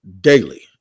daily